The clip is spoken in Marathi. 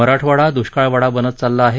मराठवाडा दुष्काळवाडा बनत चालला आहे